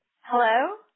Hello